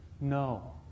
no